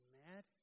mad